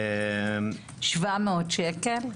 700 שקל?